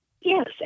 Yes